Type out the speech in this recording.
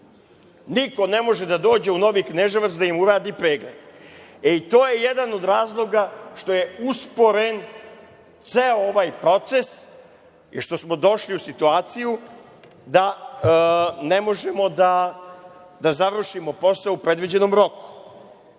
Niko ne može da dođe u Novi Kneževac da im uradi pregled. To je jedan od razloga što je usporen ceo ovaj proces i što smo došli u situaciju da ne možemo da završimo posao u predviđenom roku.